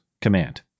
command